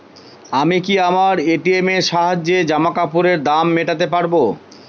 আমি কি আমার এ.টি.এম এর সাহায্যে জামাকাপরের দাম মেটাতে পারব?